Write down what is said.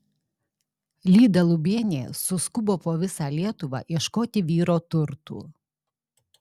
lyda lubienė suskubo po visą lietuvą ieškoti vyro turtų